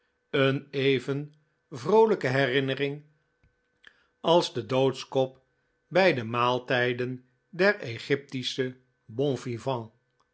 een even vroolijke herinnering als de doodskop bij de maaltijden der egyptische bon vivants